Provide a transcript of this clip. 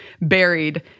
buried